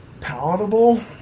palatable